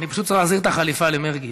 אני פשוט צריך להחזיר את החליפה למרגי.